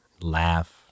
laugh